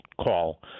call